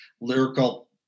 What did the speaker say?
lyrical